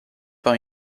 par